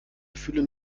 gefühle